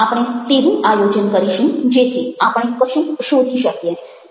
આપણે તેવું આયોજન કરીશું જેથી આપણે કશુંક શોધી શકીએ